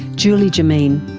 julie jomeen.